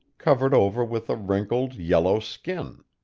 covered over with a wrinkled, yellow skin.